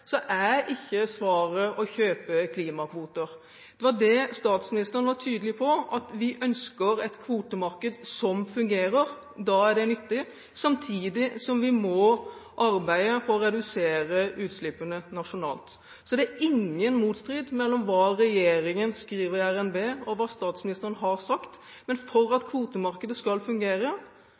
er ikke svaret å kjøpe klimakvoter. Det var det statsministeren var tydelig på. Vi ønsker et kvotemarked som fungerer, da er det nyttig. Samtidig må vi arbeide for å redusere utslippene nasjonalt. Så det er ingen motsetning mellom hva regjeringen skriver i RNB, og hva statsministeren har sagt. Men for at kvotemarkedet skal fungere,